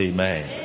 Amen